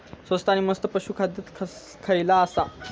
स्वस्त आणि मस्त पशू खाद्य खयला आसा?